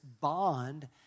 bond